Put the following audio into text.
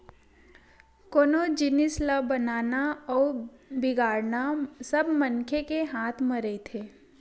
कोनो जिनिस ल बनाना अउ बिगाड़ना सब मनखे के हाथ म रहिथे